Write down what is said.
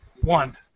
one